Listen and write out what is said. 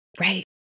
Right